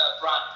brand